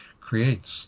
creates